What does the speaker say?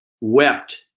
wept